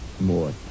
more